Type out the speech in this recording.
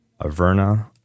Averna